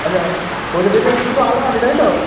আচ্ছা গোদরেজের শুধু আলমারি তাই তো